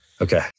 Okay